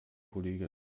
kollegin